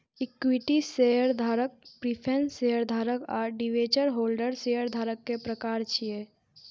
equity शेयरधारक, preference शेयरधारक आ डिवेंचर होल्डर शेयरधारक के प्रकार छियै